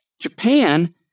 Japan